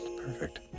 Perfect